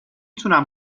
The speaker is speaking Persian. تونم